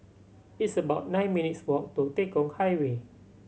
it's about nine minutes' walk to Tekong Highway